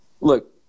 Look